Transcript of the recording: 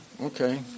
okay